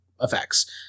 effects